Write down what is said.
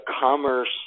commerce